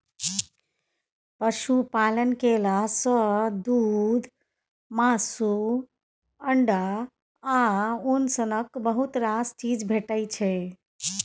पशुपालन केला सँ दुध, मासु, अंडा आ उन सनक बहुत रास चीज भेटै छै